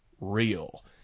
real